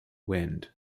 wind